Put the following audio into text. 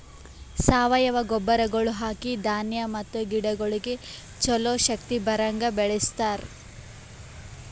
ಸಾವಯವ ಗೊಬ್ಬರಗೊಳ್ ಹಾಕಿ ಧಾನ್ಯ ಮತ್ತ ಗಿಡಗೊಳಿಗ್ ಛಲೋ ಶಕ್ತಿ ಬರಂಗ್ ಬೆಳಿಸ್ತಾರ್